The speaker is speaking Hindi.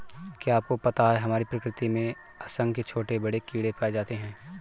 क्या आपको पता है हमारी प्रकृति में असंख्य छोटे बड़े कीड़े पाए जाते हैं?